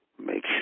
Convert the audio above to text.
make